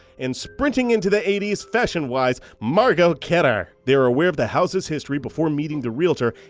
and sprinting into the eighty s fashion-wise, margot kidder. they were aware of the house's history before meeting the realtor,